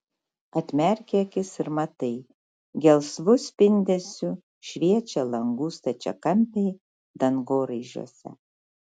atmerki akis ir matai gelsvu spindesiu šviečia langų stačiakampiai dangoraižiuose